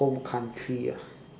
home country ah